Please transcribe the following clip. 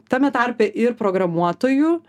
tame tarpe ir programuotojų